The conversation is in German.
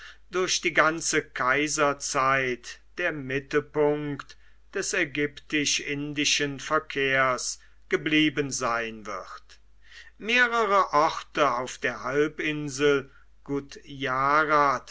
durch die ganze kaiserzeit der mittelpunkt des ägyptisch indischen verkehrs geblieben sein wird mehrere orte auf der halbinsel gudjarat